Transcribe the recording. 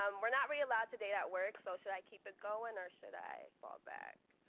um we're not really allowed to date at work. so, should i keep it going or should i fall back?